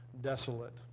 desolate